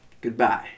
Goodbye